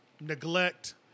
neglect